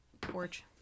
porch